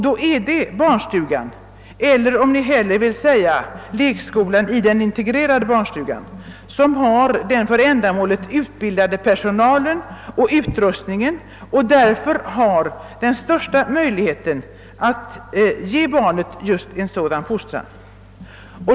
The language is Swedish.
Då är det barnstugan — eller om ni hellre vill säga lekskolan i den integrerade barnstugan — som har den för ändamålet utbildade personalen och den lämpliga utrustningen och som därför har den största möjligheten att ge barnet just en sådan fostran.